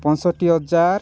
ପାଞ୍ଚଷଠି ହଜାର